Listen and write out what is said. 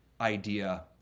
idea